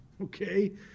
okay